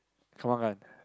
Kembangan